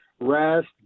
rest